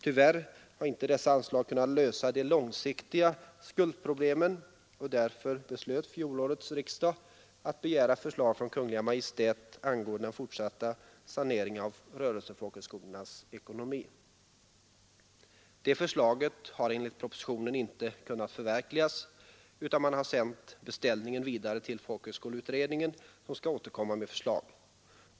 Tyvärr har inte dessa anslag kunnat lösa de långsiktiga skuldproblemen, och därför beslöt fjolårets riksdag att begära förslag från Kungl. Maj:t angående den fortsatta saneringen av rörelsefolkhögskolornas ekonomi. Det förslaget har enligt propositionen inte kunnat förverkligas, utan man har sänt beställningen vidare till folkhögskoleutredningen, som skall återkomma med förslag.